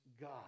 God